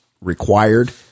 required